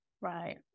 Right